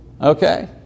okay